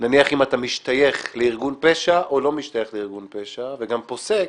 - נניח אם אתה משתייך לארגון פשע או לא משתייך לארגון פשע - וגם פוסק